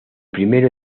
primero